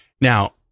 Now